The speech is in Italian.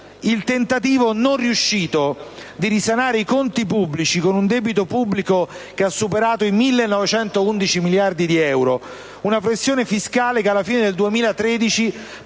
Il tentativo non riuscito di risanare i conti pubblici - con un debito pubblico che ha superato i 1.911 miliardi di euro, una pressione fiscale che alla fine del 2013